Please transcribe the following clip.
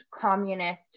communist